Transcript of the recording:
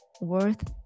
worth